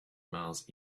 miles